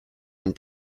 and